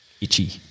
itchy